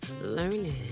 learning